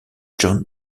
john